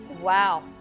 Wow